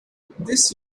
this